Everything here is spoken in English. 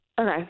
Okay